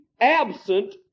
absent